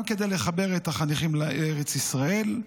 גם כדי לחבר את החניכים לארץ ישראל,